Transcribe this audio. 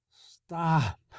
stop